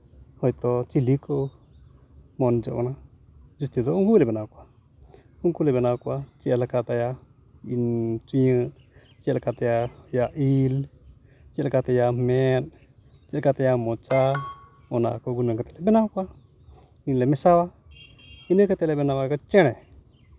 ᱦᱳᱭᱛᱳ ᱪᱤᱞᱤ ᱠᱚ ᱢᱮᱱ ᱦᱚᱪᱚᱜ ᱠᱟᱱᱟ ᱡᱟᱹᱥᱛᱤ ᱫᱚ ᱩᱱᱠᱩ ᱜᱮᱞᱮ ᱵᱮᱱᱟᱣ ᱠᱚᱣᱟ ᱩᱱᱠᱩ ᱞᱮ ᱵᱮᱱᱟᱣ ᱠᱚᱣᱟ ᱪᱮᱫ ᱞᱮᱠᱟ ᱛᱟᱭᱟ ᱤᱧ ᱪᱩᱭᱟᱹᱜ ᱪᱮᱫ ᱞᱮᱠᱟ ᱛᱟᱭᱟ ᱟᱭᱟᱜ ᱤᱞ ᱪᱮᱫ ᱞᱮᱠᱟ ᱢᱮᱫ ᱪᱮᱫ ᱞᱮᱠᱟ ᱛᱟᱭᱟ ᱢᱚᱪᱟ ᱚᱱᱟ ᱠᱚ ᱜᱩᱱᱟᱹᱱ ᱠᱟᱛᱮᱫ ᱞᱮ ᱵᱮᱱᱟᱣ ᱠᱚᱣᱟ ᱤᱞ ᱞᱮ ᱢᱮᱥᱟᱣᱟ ᱤᱱᱟᱹ ᱠᱟᱛᱮᱫ ᱞᱮ ᱵᱮᱱᱟᱣᱟ ᱪᱮᱬᱮ